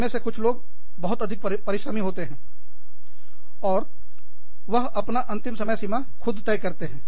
हमें से कुछ लोग बहुत अधिक परिश्रमी होते हैं और वह अपना अंतिम समय सीमा खुद तय करते हैं